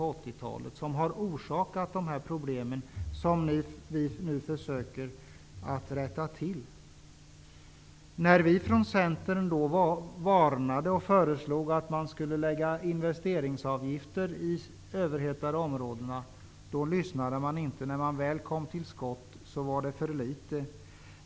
Då orsakades de problem som vi nu försöker rätta till. När vi från Centern varnade och föreslog att man skulle införa investeringsavgifter i de överhettade områdena lyssnade man inte. När man väl kom till skott var det inte tillräckligt.